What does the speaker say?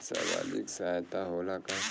सामाजिक सहायता होला का?